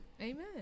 Amen